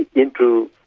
into